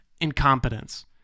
Incompetence